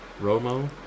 Romo